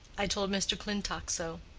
i told mr. clintock so.